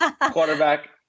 quarterback